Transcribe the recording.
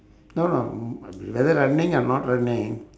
no no mm whether running or not running